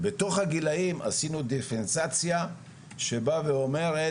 ובתוך הגילאים עשינו דיפרנציאציה שבאה ואומרת,